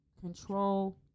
control